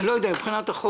אני לא יודע אם מבחינת החוק,